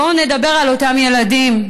בואו נדבר על אותם ילדים.